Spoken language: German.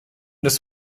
des